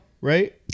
right